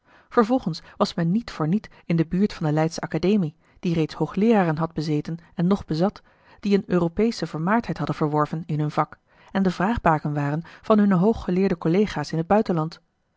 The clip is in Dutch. vervolgens was men niet voor niet in de buurt van de leydsche academie die reeds hoogleeraren had bezeten en nog bezat die eene uropeesche vermaard oussaint verworven in hun vak en de vraagbaken waren van hunne hooggeleerde collega's in het buitenland